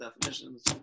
definitions